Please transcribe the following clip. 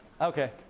Okay